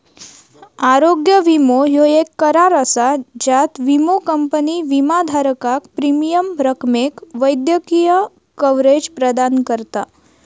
आरोग्य विमो ह्यो येक करार असा ज्यात विमो कंपनी विमाधारकाक प्रीमियम रकमेक वैद्यकीय कव्हरेज प्रदान करता